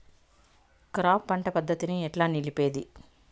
Crop పంట పద్ధతిని ఎట్లా నిలిపేది?